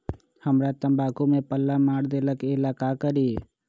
हमरा तंबाकू में पल्ला मार देलक ये ला का करी?